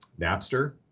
Napster